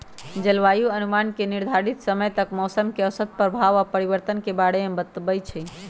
जलवायु अनुमान निर्धारित समय तक मौसम के औसत प्रभाव आऽ परिवर्तन के बारे में बतबइ छइ